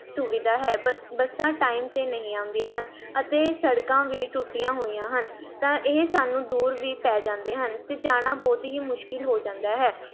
ਸੁਵਿਧਾ ਹੈ ਬੱਸਾਂ ਟਾਈਮ 'ਤੇ ਨਹੀਂ ਆਉਂਦੀਆਂ ਹਨ ਅਤੇ ਸੜਕਾਂ ਵੀ ਟੁੱਟੀਆਂ ਹੋਈਆਂ ਹਨ ਤਾਂ ਇਹ ਸਾਨੂੰ ਦੂਰ ਵੀ ਪੈ ਜਾਂਦੇ ਹਨ ਅਤੇ ਜਾਣਾ ਬਹੁਤ ਹੀ ਮੁਸ਼ਕਿਲ ਹੋ ਜਾਂਦਾ ਹੈ